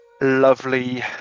lovely